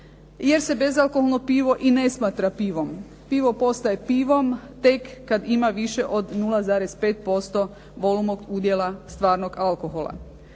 jer se bezalkoholno pivo i ne smatra pivom. Pivo postaje pivom tek kad ima više od 0,5% volumnog udjela stvarnog alkohola.